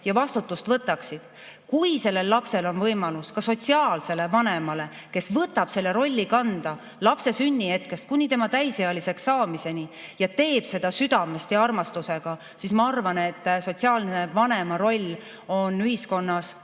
ja vastutust võtaksid. Kui lapsel on võimalus ka sotsiaalsele vanemale, kes võtab selle rolli kanda lapse sünnihetkest kuni tema täisealiseks saamiseni, ja ta teeb seda südamest ja armastusega, siis ma arvan, et sotsiaalse vanema roll on ühiskonnas